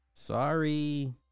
Sorry